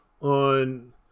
on